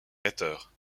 rhéteurs